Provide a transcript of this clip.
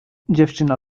dziewczyna